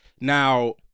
now